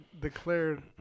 declared